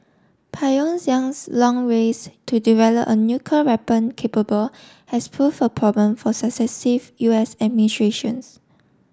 Pyongyang's long race to develop a nuclear weapon capable has prove a problem for successive U S administrations